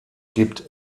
gibt